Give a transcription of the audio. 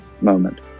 moment